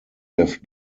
have